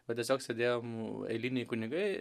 o tiesiog sėdėjom eiliniai kunigai